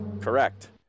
Correct